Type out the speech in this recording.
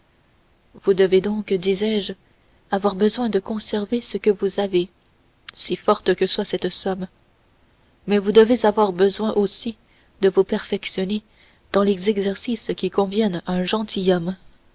vous devez donc disais-je avoir besoin de conserver ce que vous avez si forte que soit cette somme mais vous devez avoir besoin aussi de vous perfectionner dans les exercices qui conviennent à un